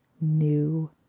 new